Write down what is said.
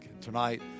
Tonight